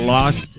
Lost